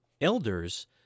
Elders